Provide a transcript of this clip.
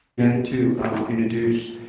to introduce